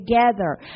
together